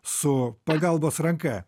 su pagalbos ranka